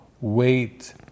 wait